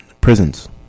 prisons